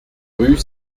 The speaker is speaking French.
rue